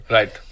Right